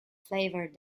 flavored